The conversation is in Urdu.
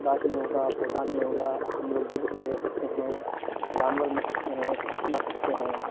گاچھ نہیں ہوگا پودا نہیں ہوگا ہم لوگ جیوت نہیں رہ سکتے ہیں اور جانور مر سکتے ہیں پکچھی مر سکتے ہیں